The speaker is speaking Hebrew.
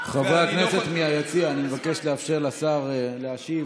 חברי הכנסת מהיציע, אני מבקש לאפשר לשר להשיב.